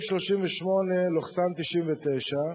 1038/99,